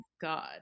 God